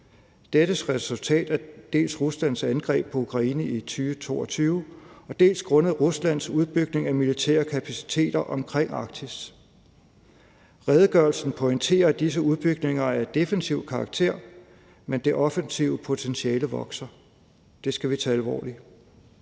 er et resultat af dels Ruslands angreb på Ukraine i 2022, dels Ruslands udbygning af militære kapaciteter omkring Arktis. Redegørelsen pointerer, at disse udbygninger er af defensiv karakter, men at det offensive potentiale vokser. Det skal vi tage alvorligt.